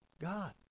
God